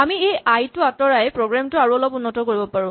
আমি এই আই টো আঁতৰাই প্ৰগ্ৰেমটো আৰু অলপ উন্নত কৰিব পাৰো